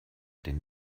denn